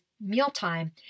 mealtime